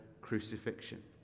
crucifixion